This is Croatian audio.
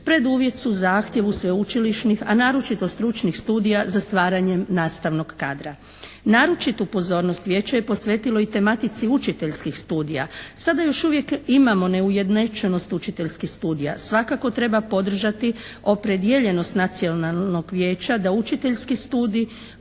preduvjet su zahtjevu sveučilišnih, a naročito stručnih studija za stvaranjem nastavnog kadra. Naročitu pozornost Vijeće je posvetilo i tematici učiteljskih studija. Sada još uvijek imamo neujednačenost učiteljskih studija. Svakako treba podržati opredijeljenost Nacionalnog vijeća da učiteljski studij